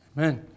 Amen